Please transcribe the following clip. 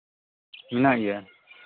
ᱦᱮᱱᱟᱜ ᱜᱮᱭᱟ